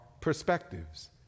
perspectives